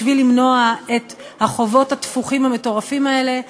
בשביל למנוע את החובות התפוחים המטורפים האלה.